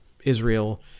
Israel